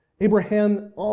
Abraham